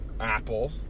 Apple